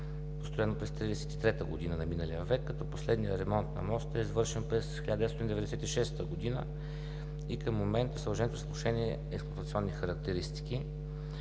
построен през 1933 г. на миналия век, като последният ремонт на моста е извършен през 1996 г. и към момента съоръжението е с влошени експлоатационни характеристики.